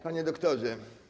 Panie Doktorze!